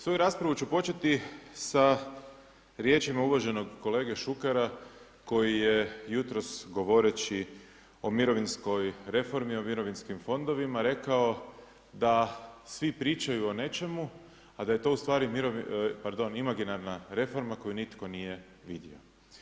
Svoju raspravu ću početi sa riječima uvaženog kolege Šukera koji je jutros govoreći o mirovinskoj reformi, o mirovinskim fondovima rekao da svi pričaju o nečemu a da je to ustvari imaginarna reforma koju nitko nije vidio.